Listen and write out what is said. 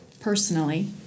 personally